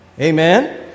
Amen